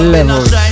Levels